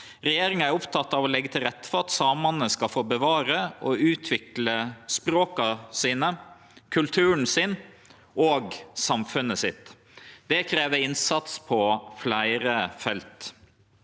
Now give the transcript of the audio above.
Regjeringa er oppteken av å leggje til rette for at samane skal få bevare og utvikle språka sine, kulturen sin og samfunnet sitt. Det krev innsats på fleire felt.